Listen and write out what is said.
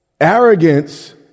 Arrogance